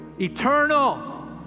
eternal